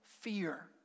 fear